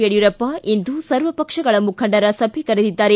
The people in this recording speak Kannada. ಯಡಿಯೂರಪ್ಪ ಇಂದು ಸರ್ವಪಕ್ಷಗಳ ಮುಖಂಡರ ಸಭೆ ಕರೆದಿದ್ದಾರೆ